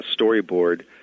storyboard